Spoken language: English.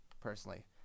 personally